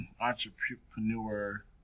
Entrepreneur